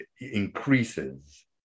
increases